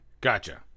Gotcha